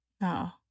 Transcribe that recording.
No